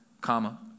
comma